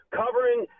covering